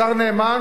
השר נאמן,